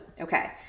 Okay